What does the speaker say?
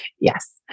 Yes